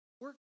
work